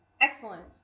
excellent